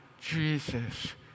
Jesus